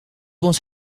was